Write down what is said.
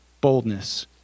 boldness